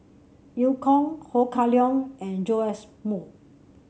Eu Kong Ho Kah Leong and Joash Moo